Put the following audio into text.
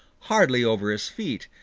hardly over his feet,